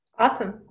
Awesome